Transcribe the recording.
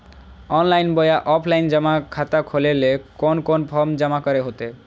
Online बोया offline जमा खाता खोले ले कोन कोन फॉर्म जमा करे होते?